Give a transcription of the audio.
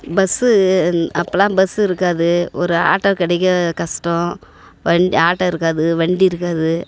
bus அப்போலாம் bus இருக்காது ஒரு ஆட்டோ கிடைக்க கஷ்டம் வண் ஆட்டோ இருக்காது வண்டி இருக்காது